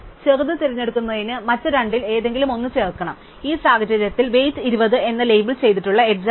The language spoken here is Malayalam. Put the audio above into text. ചെറുത് തിരഞ്ഞെടുക്കുന്നതിന് മറ്റ് രണ്ടിൽ ഏതെങ്കിലും ഒന്ന് ചേർക്കണം ഈ സാഹചര്യത്തിൽ വെയ്റ്റ് 20 എന്ന് ലേബൽ ചെയ്തിട്ടുള്ള എഡ്ജ് ആണത്